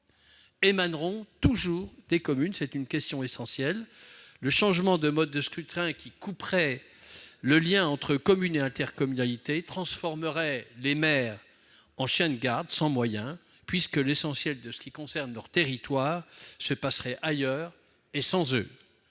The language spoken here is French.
émaneront toujours des communes. Cette question est essentielle : le changement de mode de scrutin qui couperait le lien entre communes et intercommunalité transformerait les maires en chiens de garde, sans moyens, puisque l'essentiel de ce qui concerne leur territoire se passerait ailleurs et sans eux.